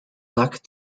black